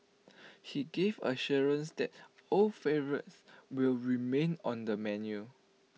but he gave assurance that old favourites will remain on the menu